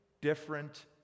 different